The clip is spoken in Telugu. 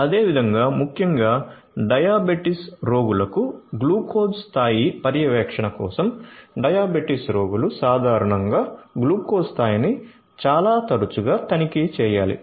అదేవిధంగా ముఖ్యంగా డయాబెటిస్ రోగులకు గ్లూకోజ్ స్థాయి పర్యవేక్షణ కోసం డయాబెటిస్ రోగులు సాధారణంగా గ్లూకోజ్ స్థాయిని చాలా తరచుగా తనిఖీ చేయాలి